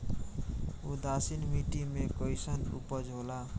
उदासीन मिट्टी में कईसन उपज होला?